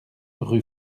rue